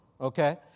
okay